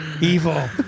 Evil